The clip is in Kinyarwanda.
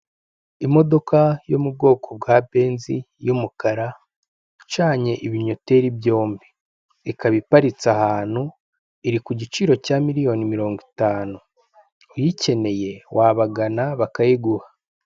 Imodoka yo mu bwoko bwa benzi y'umukara icanye ibinnyoteri byombi ikaba iparitse ahantu, iri ku giciro cya miriyoni mirongo itanu, uyikeneye wabagana bakayiguha.